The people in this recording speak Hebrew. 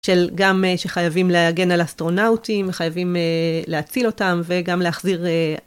של גם שחייבים להגן על אסטרונאוטים, חייבים להציל אותם וגם להחזיר.